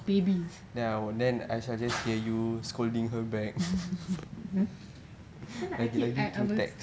baby I keep I would